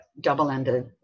double-ended